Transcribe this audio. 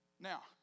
Now